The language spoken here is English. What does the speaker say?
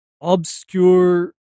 obscure